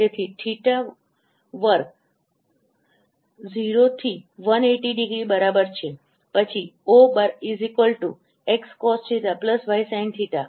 તેથી થીટાθ વર્ગ 0 થી 180 ડિગ્રી બરાબર છે પછી ρ xcosθysinθ